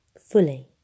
fully